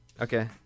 Okay